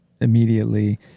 immediately